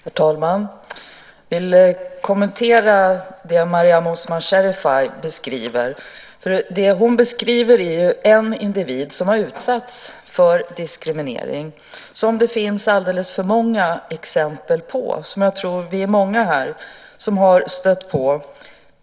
Herr talman! Jag vill kommentera det Mariam Osman Sherifay beskriver. Det hon beskriver är en individ som har utsatts för diskriminering, som det finns alldeles för många exempel på och som jag tror att vi är många här som har stött på.